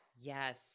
Yes